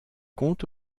compte